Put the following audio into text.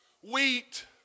wheat